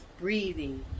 breathing